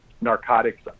narcotics